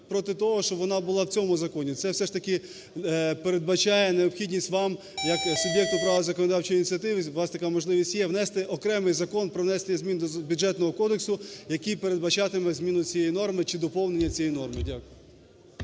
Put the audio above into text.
проти того, щоб вона була в цьому законі. Це все ж таки передбачає необхідність вам як суб'єкту права законодавчої ініціативи, у вас така можливість є внести окремий Закон про внесення змін до Бюджетного кодексу, який передбачатиме зміни цієї норми чи доповнення цієї норми. Дякую.